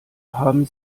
haben